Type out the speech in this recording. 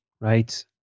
right